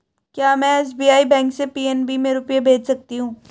क्या में SBI bank से पी.एन.बी में रुपये भेज सकती हूँ?